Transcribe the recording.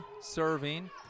serving